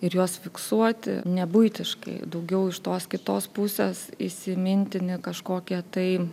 ir juos fiksuoti ne buitiškai daugiau iš tos kitos pusės įsimintini kažkokią tai